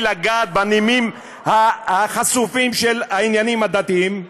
לגעת בנימים החשופים של העניינים הדתיים?